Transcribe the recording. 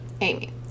Amy